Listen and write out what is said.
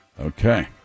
okay